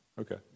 Okay